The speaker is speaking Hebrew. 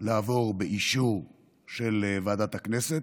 לעבור באישור של ועדת הכנסת,